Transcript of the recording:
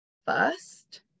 first